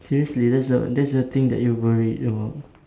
seriously that's the that's the thing that you worried about